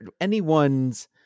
anyone's